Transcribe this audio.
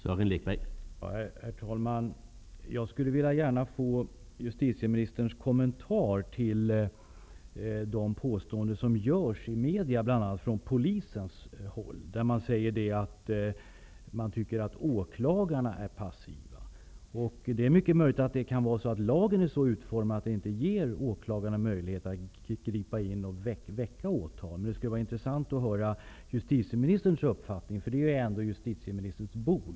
Herr talman! Jag skulle gärna vilja få justitieministerns kommentar till de påståenden som görs i media, bl.a. från polisens håll. Man säger att man tycker att åklagarna är passiva. Det är mycket möjligt att lagen är så utformad att den inte ger åklagarna möjlighet att gripa in och väcka åtal. Men det skulle vara intressant att höra justitieministerns uppfattning. Det är ändå justitieministerns bord.